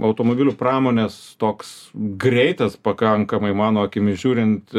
automobilių pramonės toks greitas pakankamai mano akimis žiūrint